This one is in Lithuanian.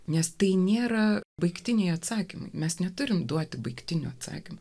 nes tai nėra baigtiniai atsakymų mes neturime duoti baigtinio atsakymo